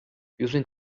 using